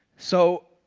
so,